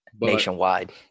nationwide